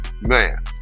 man